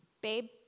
babe